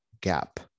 gap